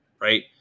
right